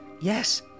Yes